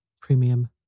Premium